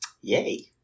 Yay